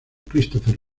christopher